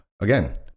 again